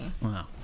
Wow